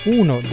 uno